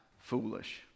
foolish